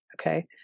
Okay